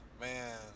Man